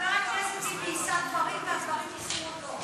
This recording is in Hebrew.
חבר הכנסת טיבי יישא דברים והדברים יישאו אותו.